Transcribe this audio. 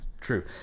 True